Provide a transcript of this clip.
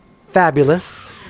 fabulous